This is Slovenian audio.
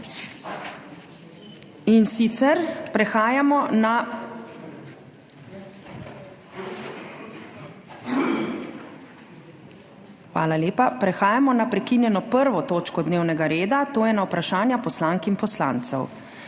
in sicer prehajamo na prekinjeno 1. točko dnevnega reda, to je na Vprašanja poslank in poslancev.